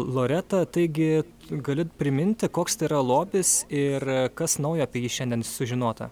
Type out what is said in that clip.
loreta taigi gali priminti koks tai yra lobis ir kas naujo apie jį šiandien sužinota